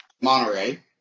Monterey